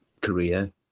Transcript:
career